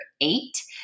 eight